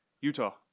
Utah